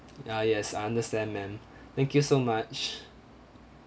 ya yes I understand ma'am thank you so much